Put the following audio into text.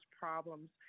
problems